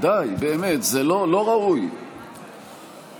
בהכנה לקריאה הראשונה.